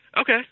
Okay